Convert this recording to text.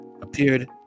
appeared